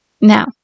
Now